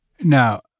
Now